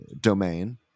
domain